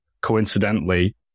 coincidentally